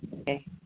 Okay